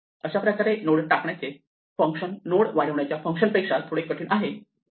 अशाप्रकारे नोड टाकण्याचे function node वाढविण्याच्या फंक्शन पेक्षा थोडे कठीण आहे